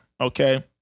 Okay